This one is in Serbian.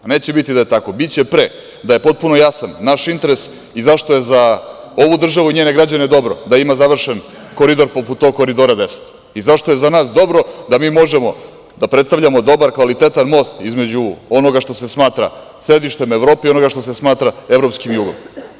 Neće biti da je tako, biće pre da je potpuno jasan naš interes i zašto je za ovu državu i njene građane dobro da ima završen koridor poput Koridora 10 i zašto je za nas dobro da mi možemo da predstavljamo dobar, kvalitetan most, onoga što se smatra sedištem Evrope i onoga što se smatra evropskim jugom.